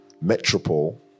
Metropole